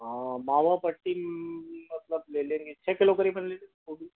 हाँ मावा बाटी मतलब ले लेंगे छः किलो करीबन ले लेंगे वो भी